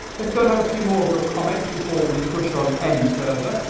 let's go and have a few more of your comments before we push on any further.